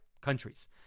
countries